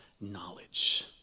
knowledge